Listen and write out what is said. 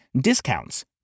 discounts